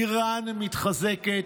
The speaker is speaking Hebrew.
איראן מתחזקת,